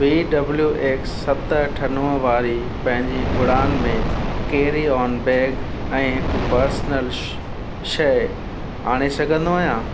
B W X सत अठ नव वारी पंहिंजी उड़ान में कैरी ऑन बैग ऐं हिकु पर्सनल श शइ आणे सघंदो आयां